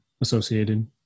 associated